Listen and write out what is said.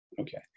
Okay